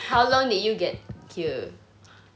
how long did you get here